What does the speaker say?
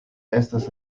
estas